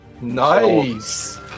Nice